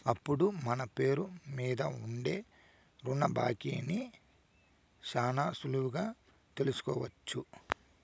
ఇప్పుడు మన పేరు మీద ఉండే రుణ బాకీని శానా సులువుగా తెలుసుకోవచ్చు